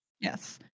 Yes